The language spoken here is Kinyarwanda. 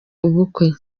ubukwe